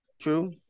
True